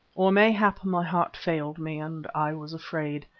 or mayhap my heart failed me and i was afraid.